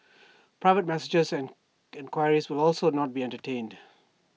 private messages and enquiries will also not be entertained